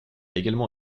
également